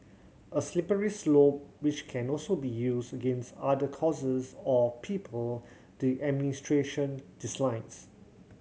a slippery slope which can also be used against other causes or people the administration dislikes